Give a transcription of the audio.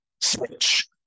switch